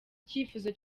icyifuzo